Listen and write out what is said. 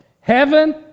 heaven